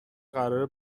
قراره